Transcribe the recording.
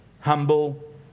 humble